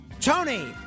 Tony